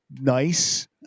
nice